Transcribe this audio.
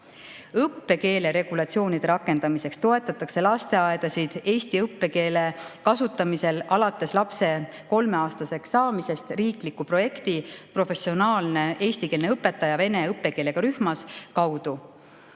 Õppekeele regulatsioonide rakendamiseks toetatakse lasteaedasid eesti keele kasutamisel alates lapse kolmeaastaseks saamisest riikliku projekti "Professionaalne eestikeelne õpetaja vene õppekeelega rühmas" kaudu.